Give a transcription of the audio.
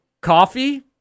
coffee